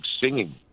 singing